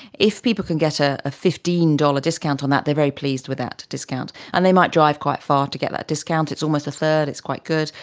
if people can get ah a fifteen dollars discount on that they are very pleased with that discount and they might drive quite far to get that discount, it's almost a third, it's quite good,